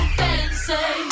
fancy